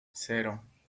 cero